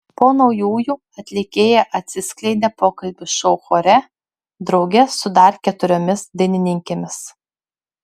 po naujųjų atlikėja atsiskleidė pokalbių šou chore drauge su dar keturiomis dainininkėmis